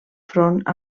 front